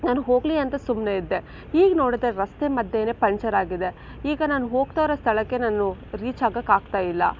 ನಾನು ಹೋಗಲಿ ಅಂತ ಸುಮ್ಮನೆ ಇದ್ದೆ ಈಗ ನೋಡಿದ್ರೆ ರಸ್ತೆ ಮಧ್ಯೆನೇ ಪಂಚರ್ ಆಗಿದೆ ಈಗ ನಾನು ಹೋಗ್ತಾ ಇರೋ ಸ್ಥಳಕ್ಕೆ ನಾನು ರೀಚ್ ಆಗೋಕ್ಕಾಗ್ತಾಯಿಲ್ಲ